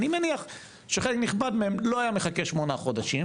אני מניח שחלק נכבד מהם לא היה מחכה כשמונה חודשים,